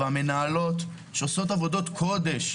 המנהלות עושות עבודת קודש,